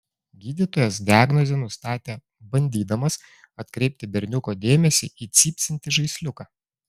gydytojas diagnozę nustatė bandydamas atkreipti berniuko dėmesį į cypsintį žaisliuką